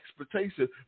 expectation